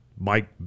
Mike